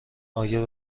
آیا